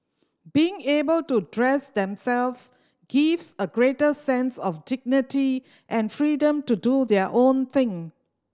being able to dress themselves gives a greater sense of dignity and freedom to do their own thing